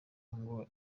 ngo